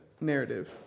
narrative